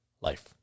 life